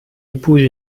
épouse